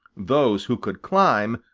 those who could climb,